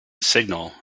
signal